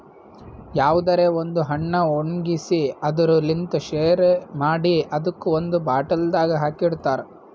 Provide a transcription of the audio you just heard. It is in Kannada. ಯಾವುದರೆ ಒಂದ್ ಹಣ್ಣ ಒಣ್ಗಿಸಿ ಅದುರ್ ಲಿಂತ್ ಶೆರಿ ಮಾಡಿ ಅದುಕ್ ಒಂದ್ ಬಾಟಲ್ದಾಗ್ ಹಾಕಿ ಇಡ್ತಾರ್